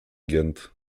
ghent